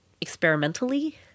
experimentally